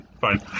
Fine